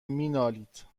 مینالید